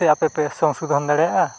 ᱛᱮ ᱟᱯᱮ ᱯᱮ ᱥᱚᱝᱥᱳᱫᱷᱚᱱ ᱫᱟᱲᱮᱭᱟᱜᱼᱟ